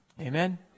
Amen